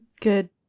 good